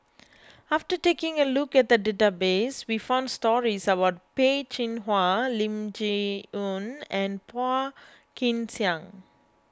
after taking a look at the database we found stories about Peh Chin Hua Lim Chee Onn and Phua Kin Siang